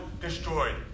destroyed